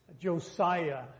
Josiah